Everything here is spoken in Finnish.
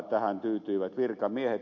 tähän tyytyivät virkamiehet